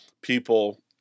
people